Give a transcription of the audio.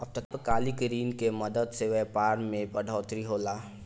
अल्पकालिक ऋण के मदद से व्यापार मे बढ़ोतरी होला